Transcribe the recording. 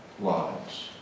lives